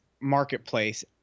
Marketplace